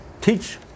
teach